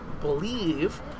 believe